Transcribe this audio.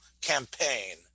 campaign